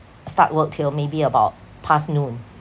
start work till maybe about past noon